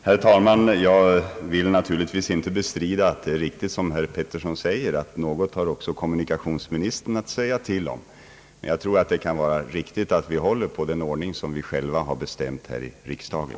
Herr talman! Jag vill naturligtvis inte bestrida att det är riktigt som herr Peterson säger att något har också kommunikationsministern att säga till om. Men jag tror att det kan vara riktigt att vi håller på den ordning som vi själva har bestämt här i riksdagen.